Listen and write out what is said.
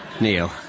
Neil